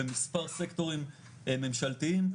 במספר סקטורים ממשלתיים.